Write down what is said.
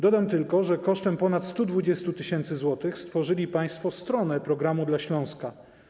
Dodam tylko, że kosztem ponad 120 tys. zł stworzyli państwo stronę „Programu dla Śląska”